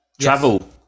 travel